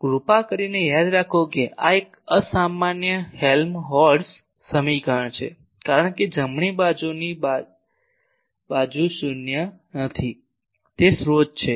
કૃપા કરીને યાદ રાખો કે આ એક અસામાન્ય હેલમોલ્ટ્ઝ સમીકરણ છે કારણ કે જમણી બાજુની બાજુ શૂન્ય નથી તે સ્રોત છે